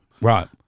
right